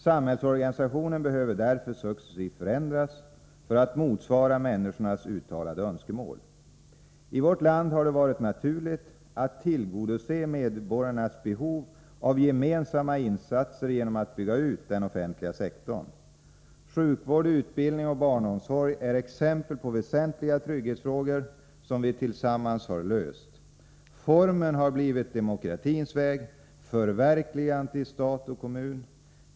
Samhällsorganisationen behöver därför successivt förändras för att motsvara människornas uttalade önskemål. I vårt land har det varit naturligt att tillgodose medborgarnas behov av gemensamma insatser genom att bygga ut den offentliga sektorn. Sjukvård, utbildning och barnomsorg är exempel på väsentliga trygghetsfrågor som vi tillsammans har löst. Formen har blivit demokratins väg, förverkligad i stat och kommun.